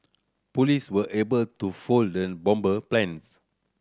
police were able to foil the bomber plans